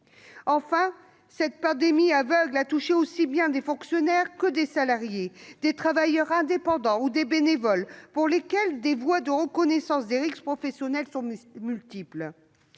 Enfin, cette pandémie aveugle a touché à la fois des fonctionnaires, des salariés, des travailleurs indépendants et des bénévoles, catégories pour lesquelles les voies de reconnaissance des risques professionnels sont multiples.